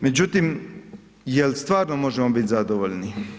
Međutim, je li stvarno možemo biti zadovoljni?